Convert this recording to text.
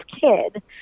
kid